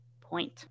point